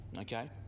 Okay